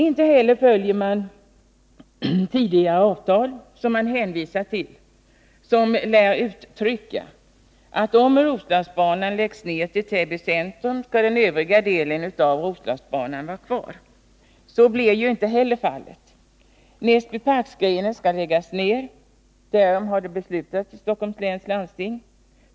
Inte heller följer man tidigare avtal, som man hänvisar till och som lär gå ut på att om Roslagsbanan läggs ner på sträckan fram till Täby centrum skall den övriga delen av Roslagsbanan vara kvar. Den övriga delen av Roslagsbanan blir ju inte heller kvar. Näsbyparksgrenen skall läggas ner — därom har det beslutats i Stockholms läns landsting.